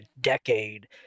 decade